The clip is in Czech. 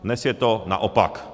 Dnes je to naopak.